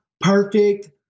perfect